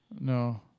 no